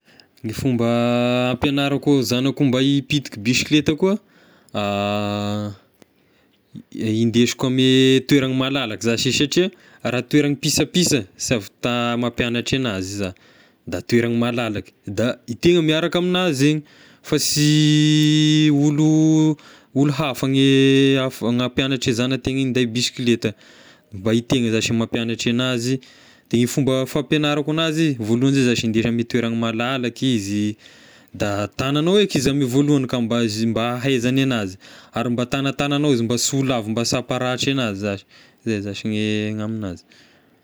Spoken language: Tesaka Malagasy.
Ny fomba ampianarako zanako mba hipitika bisikileta koa i- indesiko ame toeragny malalaky zashy izy satria raha toeragny pisapisa sy ahavita mampianatry anazy za, da toeragny malalaky, da e tegna miaraka aminazy egny fa sy olo- olo hafa gne afa- hampianatra e zana-tegna hinday bisikileta, mba e tegna zashy mampianatry anazy, de e fomba fampiagnarako anazy voaloha zay zashy indesy ame toeragna malalaka izy, da tagnànao eky izy ame voalohany ka mba ahiz- ahaizany anazy ary mba tagnàtagnànao izy mba sy ho lavo, mba sy amparatry anazy zashy, zay zashy ny aminazy.